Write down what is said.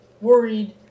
worried